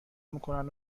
میکنن